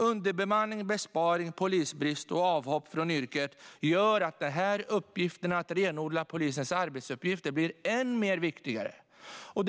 Underbemanning, besparing, polisbrist och avhopp från yrket gör att uppgiften att renodla polisens arbetsuppgifter blir än mer viktigare. Fru talman!